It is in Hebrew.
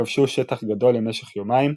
כבשו שטח גדול למשך יומיים,